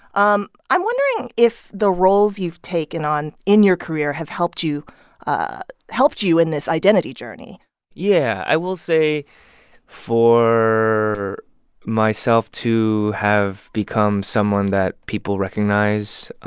um i'm wondering if the roles you've taken on in your career have helped you ah helped you in this identity journey yeah. i will say for myself to have become someone that people recognize,